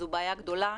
זאת בעיה גדולה.